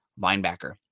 linebacker